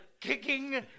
kicking